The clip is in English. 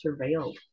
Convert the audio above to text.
surveilled